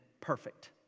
perfect